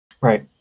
Right